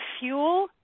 fuel